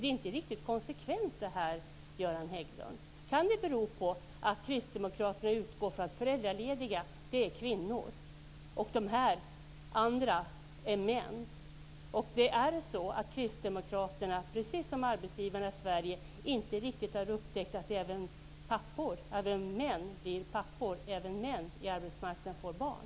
Det är inte riktigt konsekvent, Göran Kan det bero på att kristdemokraterna utgår från att det är kvinnor som är föräldralediga och att det är män som begär ledigt för att driva näringsverksamhet? Är det så att kristdemokraterna, precis som arbetsgivarna i Sverige, inte riktigt har upptäckt att även män blir föräldrar - att även män på arbetsmarknaden får barn?